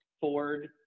Ford